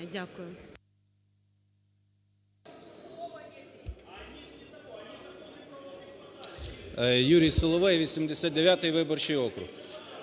Дякую.